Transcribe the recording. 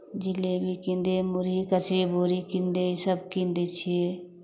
जिलेबी कीन दे मुड़ही कचरी बड़ी कीन दे ईसभ कीन दै छियै